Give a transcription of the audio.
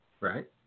right